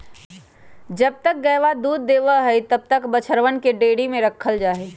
जब तक गयवा दूधवा देवा हई तब तक बछड़वन के डेयरी में रखल जाहई